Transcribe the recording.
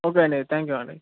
okay అండి thank you అండి